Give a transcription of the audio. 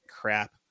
crap